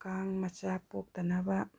ꯀꯥꯡ ꯃꯆꯥ ꯄꯣꯛꯇꯅꯕ